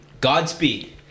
Godspeed